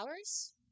hours